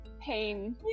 pain